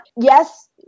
Yes